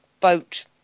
boat